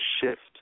shift